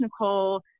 Nicole